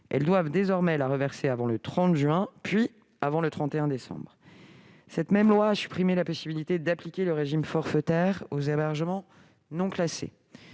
Elles doivent désormais la reverser avant le 30 juin, puis avant le 31 décembre. Cette même loi a supprimé la possibilité d'appliquer le régime forfaitaire aux hébergements non classés.